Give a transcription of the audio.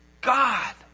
God